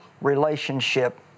relationship